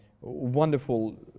wonderful